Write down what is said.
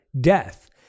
death